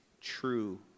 true